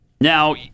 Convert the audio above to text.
Now